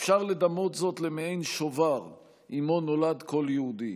אפשר לדמות זאת למעין שובר שעימו נולד כל יהודי,